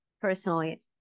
personally